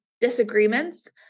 disagreements